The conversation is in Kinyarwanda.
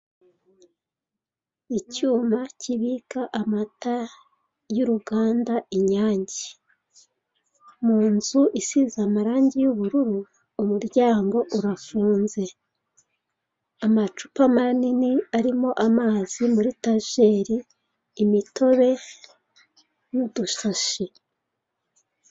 Icyuma kibika amata y'uruganda inyange. Mu nzu isize amarange y'ubururu, umuryango urafunze. Amacupa manini arimo amazi muri etajeri, imitobe n'udushashi.